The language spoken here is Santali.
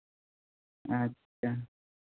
ᱟᱪᱪᱷᱟ